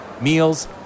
meals